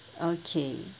okay